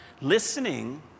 Listening